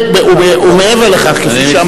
אני מצטרף לקריאה של היושב-ראש,